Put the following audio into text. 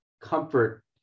comfort